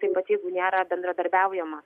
taip pat jeigu nėra bendradarbiaujama